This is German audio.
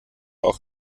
auch